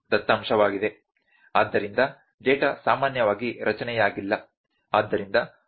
ಆದ್ದರಿಂದ ಡೇಟಾ ಸಾಮಾನ್ಯವಾಗಿ ರಚನೆಯಾಗಿಲ್ಲ